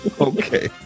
Okay